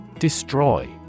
Destroy